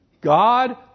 God